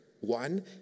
one